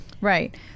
Right